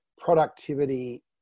productivity